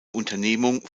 unternehmung